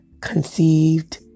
conceived